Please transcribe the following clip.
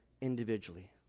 individually